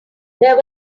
there